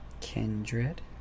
kindred